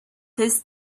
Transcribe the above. his